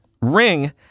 Ring